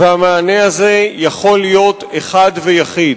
המענה הזה יכול להיות אחד ויחיד.